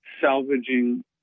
salvaging